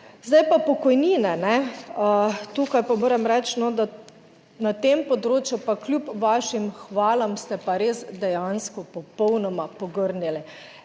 Zdaj pa pokojnine. Tukaj pa moram reči, da na tem področju pa kljub vašim hvalam ste pa res dejansko popolnoma pogrnili.